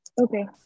Okay